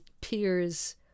peers